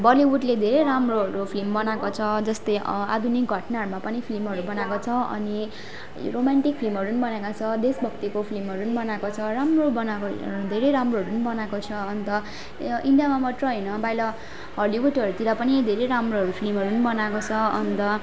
बलिवुडले धेरै राम्रोहरू फिल्म बनाएको छ जस्तै आधुनिक घटनाहरूमा पनि फिल्महरू बनाएको छ अनि रोमान्टिक फिल्महरू पनि बनाएको छ देश भक्तिको फिल्महरू पनि बनाएको छ राम्रो बनाएको धेरै राम्रोहरू पनि बनाएको छ अन्त इन्डियामा मात्र होइन बाहिर हलिवुडहरूतिर पनि धेरै राम्रोहरू फिल्महरू पनि बनाएको छ अन्त